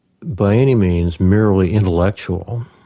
by any means merely intellectual.